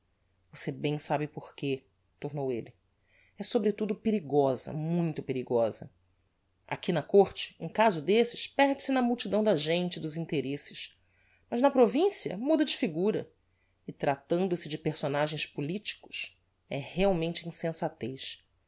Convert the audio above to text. você bem sabe porque tornou elle é sobretudo perigosa muito perigosa aqui na côrte um caso desses perde-se na multidão da gente e dos interesses mas na provincia muda de figura e tratando-se de personagens politicos é realmente insensatez